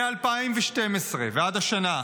מ-2012 ועד השנה,